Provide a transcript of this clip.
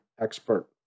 expert